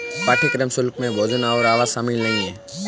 पाठ्यक्रम शुल्क में भोजन और आवास शामिल नहीं है